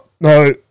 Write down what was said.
No